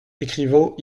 écrivant